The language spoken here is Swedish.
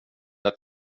att